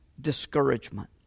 discouragement